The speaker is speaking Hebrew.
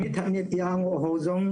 וגם כל המעורבים,